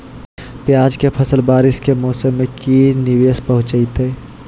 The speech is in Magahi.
प्याज के फसल बारिस के मौसम में की निवेस पहुचैताई?